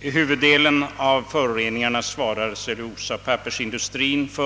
Huvuddelen av föroreningarna svarar cellulosaoch pappersindustrin för.